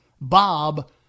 bob